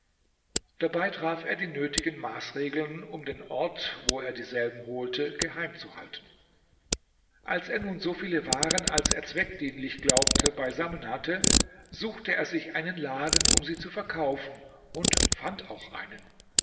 dabei traf er die nötigen maßregeln um den ort wo er dieselben holte geheim zu halten als er nun so viele waren als er zweckdienlich glaubte beisammen hatte suchte er sich einen laden um sie verkaufen und fand auch einen